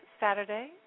Saturday